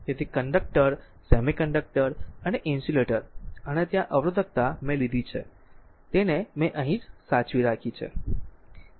તેથી conductor semiconductor અને insulator અને ત્યાં અવરોધકતા મેં લીધી છે તેને મેં અહીં જ સાચવી રાખી છે